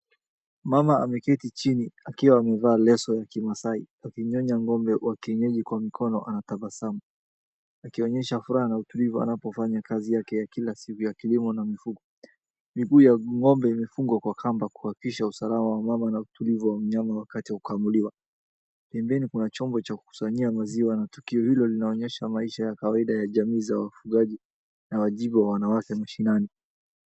Mama ameketi chini akiwa amevaa leso ya kimasai. Akinyonya ng'ombe wa kienyeji kwa mikono anatabasamu, akionyesha furaha na utulivu, anapofanya kazi yake ya kila siku ya kilimo na mifugo. Miguu ya ng'ombe imefungwa kwa kamba kuhakikisha usalama wa mama na utulivu wa mnyama wakati wa kukamuliwa. Pembeni kuna chombo cha kusanyia maziwa na tukio hilo linaonyesha maisha ya kawaida ya jamii za wafugaji na wajibu wa wanawake mashinani.